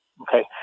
Okay